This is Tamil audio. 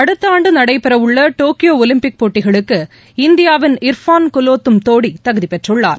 அடுத்தஆண்டுநடைபெற்வுள்ளடோக்கியோஒலிம்பிக் போட்டிகளுக்கு இந்தியாவின் இர்ஃபான் குலோதெம் கோடிதகுதிபெற்றுள்ளார்